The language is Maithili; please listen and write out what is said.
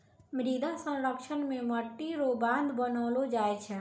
मृदा संरक्षण मे मट्टी रो बांध बनैलो जाय छै